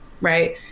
Right